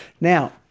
Now